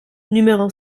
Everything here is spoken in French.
numéro